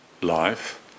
life